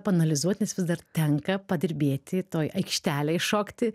paanalizuot nes vis dar tenka padirbėti toj aikštelėj šokti